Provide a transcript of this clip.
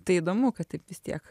tai įdomu kad taip vis tiek